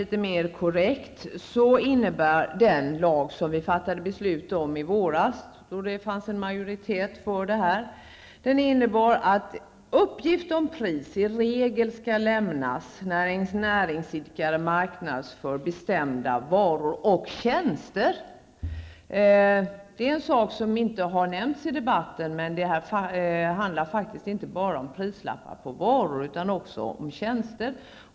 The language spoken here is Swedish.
Litet mera korrekt uttryckt innebär den lag som vi fattade beslut om i våras -- då det fanns en majoritet för här aktuella förslag -- att uppgift om pris i regel skall lämnas när ens näringsidkare marknadsför bestämda varor och tjänster. Den saken har inte nämnts i debatten. Det handlar alltså inte bara om prislappar på varor utan också om tjänster.